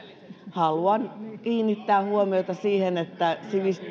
haluan kiinnittää huomiota siihen että